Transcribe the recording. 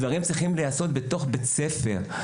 הדברים צריכים להיעשות בתוך בית הספר.